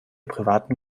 privaten